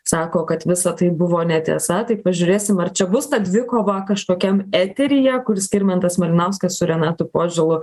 sako kad visa tai buvo netiesa tai pažiūrėsim ar čia bus ta dvikova kažkokiam eteryje kur skirmantas malinauskas su renatu požėlu